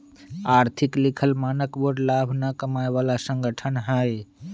आर्थिक लिखल मानक बोर्ड लाभ न कमाय बला संगठन हइ